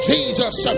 Jesus